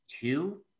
two